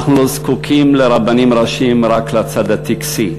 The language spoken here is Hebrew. אנחנו זקוקים לרבנים ראשיים רק לצד הטקסי.